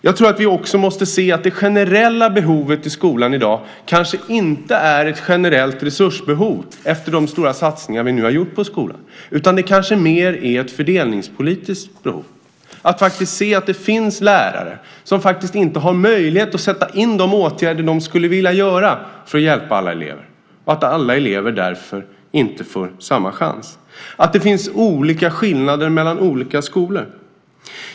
Jag tror också att vi måste se att det generella behovet i skolan i dag kanske inte är ett generellt resursbehov efter de stora satsningar vi nu har gjort på skolan. Det handlar kanske mer om ett fördelningspolitiskt behov och att se att det finns lärare som inte har möjlighet att sätta in de åtgärder de skulle vilja göra för att hjälpa alla elever, och att alla elever därför inte får samma chans. Det finns skillnader mellan olika skolor.